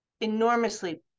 enormously